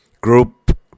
Group